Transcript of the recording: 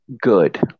good